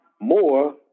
more